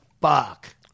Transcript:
fuck